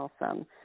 awesome